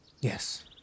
Yes